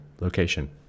location